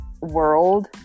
world